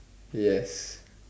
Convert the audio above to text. yes